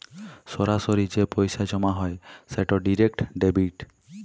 সরাসরি যে পইসা জমা হ্যয় সেট ডিরেক্ট ডেবিট